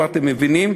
אתם מבינים,